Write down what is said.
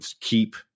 keep –